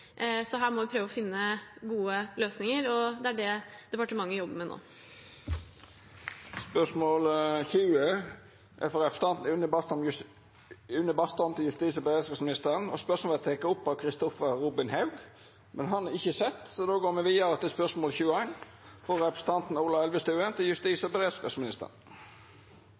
så her må vi prøve å finne gode løsninger, og det er det departementet jobber med nå. Spørsmålet vert teke opp av Kristoffer Robin Haug, men han er ikkje sett, så då går me vidare til spørsmål